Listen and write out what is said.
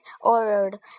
ordered